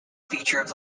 feature